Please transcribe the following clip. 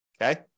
Okay